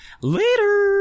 later